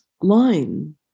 line